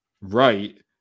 right